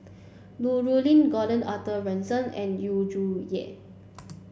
Lu Rulin Gordon Arthur Ransome and Yu Zhuye